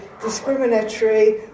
discriminatory